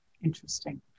Interesting